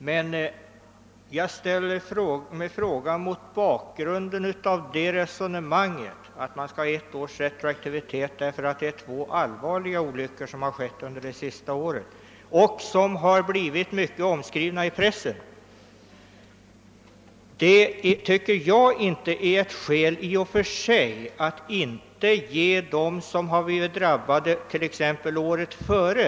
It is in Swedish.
Men att man skall ha ett års retroaktivitet därför att två allvarliga olyckor inträffat under det året och blivit mycket omskrivna i pressen tycker jag i och för sig inte är något skäl för att ej ge samma förmåner åt dem som blivit drabbade av skador exempelvis året före.